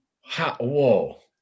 Whoa